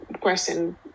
question